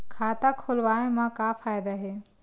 खाता खोलवाए मा का फायदा हे